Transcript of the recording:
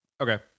Okay